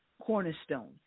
cornerstone